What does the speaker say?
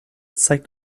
zeigt